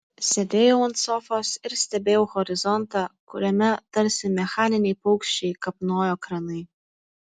sėdėjau ant sofos ir stebėjau horizontą kuriame tarsi mechaniniai paukščiai kapnojo kranai